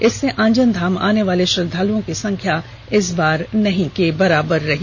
इससे आंजन धाम आने वाले श्रद्दालुओं की संख्या इस बार नहीं के बराबर रही